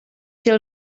till